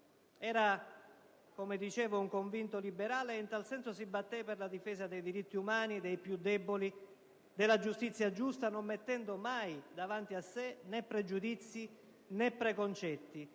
Era - come dicevo - un convinto liberale, e in tal senso si battè per la difesa dei diritti umani, dei più deboli, della giustizia giusta, non mettendo mai davanti a sé né pregiudizi né preconcetti,